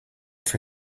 for